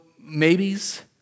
maybes